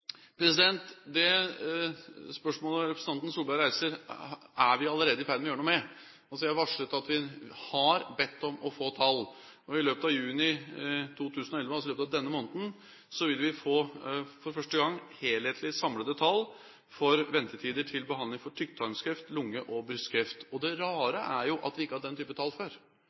Det spørsmålet representanten Solberg reiser, er vi allerede i ferd med å gjøre noe med. Vi har bedt om å få tall. I løpet av juni 2011 – i neste måned – vil vi for første gang få helhetlige, samlede tall for ventetider for behandling av tykktarmskreft, lungekreft og brystkreft. Det rare er vi ikke har hatt denne type tall